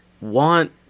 want